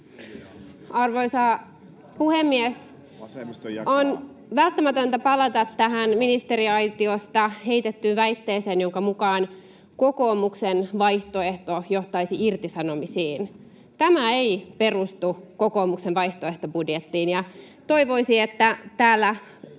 Arvoisa puhemies! On välttämätöntä palata tähän ministeriaitiosta heitettyyn väitteeseen, jonka mukaan kokoomuksen vaihtoehto johtaisi irtisanomisiin. Tämä ei perustu kokoomuksen vaihtoehtobudjettiin, ja toivoisi, että ei